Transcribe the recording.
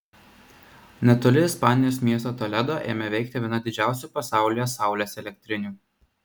netoli ispanijos miesto toledo ėmė veikti viena didžiausių pasaulyje saulės elektrinių